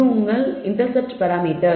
இது உங்கள் intercept parameter